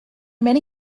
many